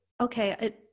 okay